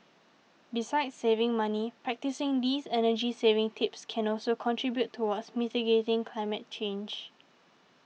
besides saving money practising these energy saving tips can also contribute towards mitigating climate change